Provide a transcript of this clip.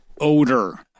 odor